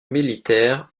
militaire